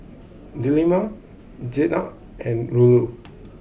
Delima Jenab and Nurul